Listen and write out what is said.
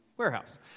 Warehouse